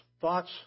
thoughts